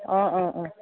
অঁ অঁ অঁ